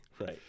Right